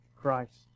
Christ